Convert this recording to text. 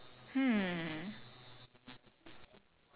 okay if it's against you ah